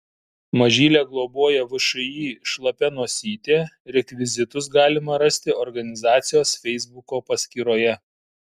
mažylę globoja všį šlapia nosytė rekvizitus galima rasti organizacijos feisbuko paskyroje